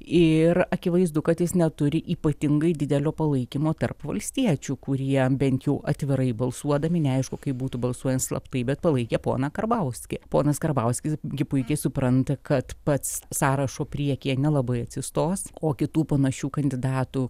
ir akivaizdu kad jis neturi ypatingai didelio palaikymo tarp valstiečių kurie bent jau atvirai balsuodami neaišku kaip būtų balsuojant slaptai bet palaikė poną karbauskį ponas karbauskis gi puikiai supranta kad pats sąrašo priekyje nelabai atsistos o kitų panašių kandidatų